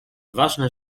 ważne